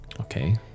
okay